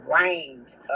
rained